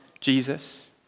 Jesus